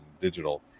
digital